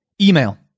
email